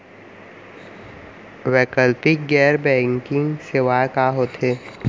वैकल्पिक गैर बैंकिंग सेवा का होथे?